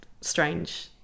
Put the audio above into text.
strange